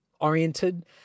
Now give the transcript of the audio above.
oriented